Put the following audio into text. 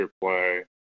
play